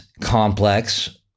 complex